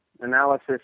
Analysis